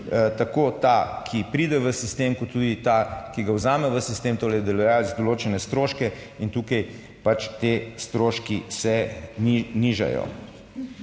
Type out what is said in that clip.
tako ta, ki pride v sistem, kot tudi ta, ki ga vzame v sistem, torej delodajalec, določene stroške in tukaj pač ti stroški se nižajo.